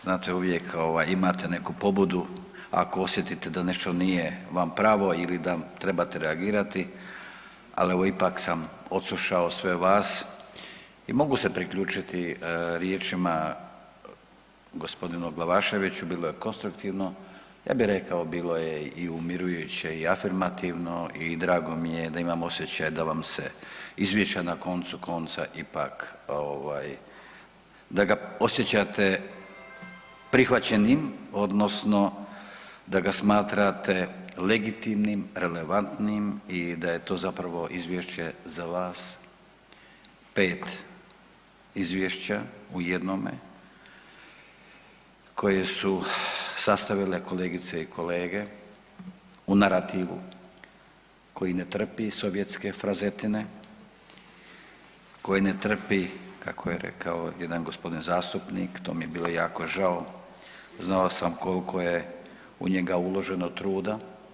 Znate uvijek ovaj imate neku pobudu ako osjetite da nešto nije vam pravo ili da trebate reagirati ali evo ipak sam odslušao sve vas i mogu se priključiti riječima gospodinu Glavaševiću, bilo je konstruktivno, ja bi rekao bilo je i umirujuće i afirmativno i drago mi je da imam osjećaj da vam se izvješća na koncu konca ipak ovaj da ga osjećate prihvaćenim odnosno da ga smatrate legitimnim, relevantnim i da je to zapravo izvješće za vas 5 izvješća u jednome koje su sastavile kolegice i kolege u narativu koji ne trpi sovjetske frazetine, koji ne trpi kako je rekao jedan gospodin zastupnik to mi je bilo jako žao znao sam koliko je u njega uloženo truda.